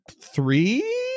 three